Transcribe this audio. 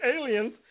aliens